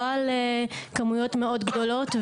לא על כמויות מאוד גדולות.